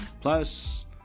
plus